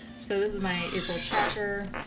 so this is my april tracker.